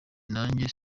nanjye